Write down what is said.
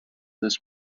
this